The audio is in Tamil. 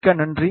மிக்க நன்றி